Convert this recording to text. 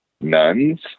nuns